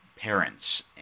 parents